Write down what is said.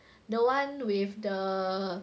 the one with the